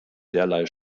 derlei